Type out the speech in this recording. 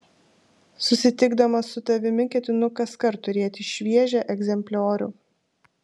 susitikdamas su tavimi ketinu kaskart turėti šviežią egzempliorių